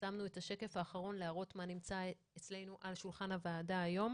שמנו את השקף האחרון כדי להראות מה נמצא אצלנו על שולחן הוועדה היום: